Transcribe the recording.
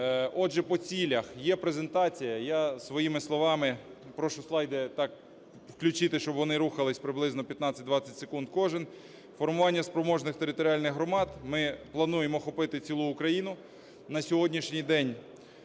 Отже, по цілях. Є презентація. Я своїми словами. Прошу слайди так включити, щоб вони рухались приблизно 15-20 секунд кожен. Формування спроможний територіальних громад. Ми плануємо їх охопити цілу Україну. На сьогоднішній день